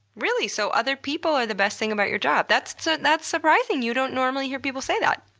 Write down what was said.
really? so, other people are the best thing about your job? that's so that's surprising. you don't normally hear people say that.